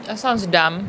that sounds dumb